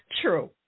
True